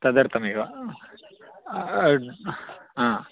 तदर्थमेव